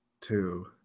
two